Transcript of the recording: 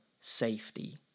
safety